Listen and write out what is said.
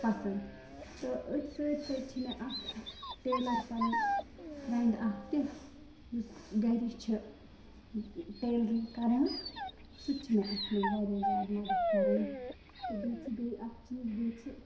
پسنٛد تہٕ أتھۍ سۭتۍ سۭتۍ چھِ مےٚ اَکھ ٹیلَر پَنٛنۍ فرٮ۪نٛڈ اَکھ تہِ یُس گَری چھِ ٹریلنِگ کران سُہ تہِ چھِ مےٚ اَتھ منٛز واریاہ زیادٕ مدد کران تہٕ بیٚیہِ چھُ بیٚیہِ اَکھ چییٖز بیٚیہِ چھُ